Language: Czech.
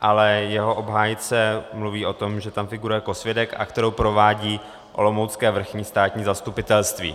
ale jeho obhájce mluví o tom, že tam figuruje jako svědek, a kterou provádí olomoucké vrchní státní zastupitelství.